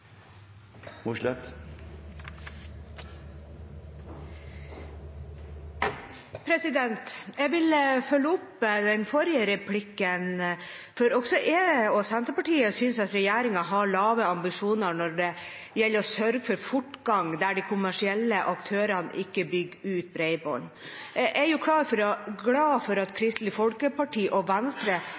regjering. Jeg vil følge opp den forrige replikken, for også jeg og Senterpartiet synes at regjeringen har lave ambisjoner når det gjelder å sørge for fortgang der de kommersielle aktørene ikke bygger ut bredbånd. Jeg er glad for at Kristelig Folkeparti og Venstre